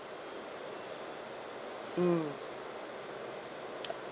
mm